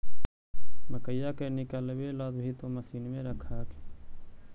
मकईया के निकलबे ला भी तो मसिनबे रख हखिन?